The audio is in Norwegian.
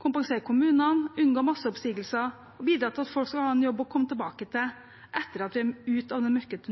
kompensere kommunene, unngå masseoppsigelser og bidra til at folk skal ha en jobb å komme tilbake til etter at vi er ute av den mørke